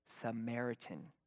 Samaritan